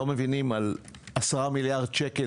הם לא מבינים על מה היו 10 מיליארד שקל,